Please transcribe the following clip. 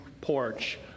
porch